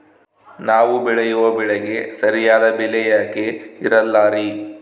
ನಾವು ಬೆಳೆಯುವ ಬೆಳೆಗೆ ಸರಿಯಾದ ಬೆಲೆ ಯಾಕೆ ಇರಲ್ಲಾರಿ?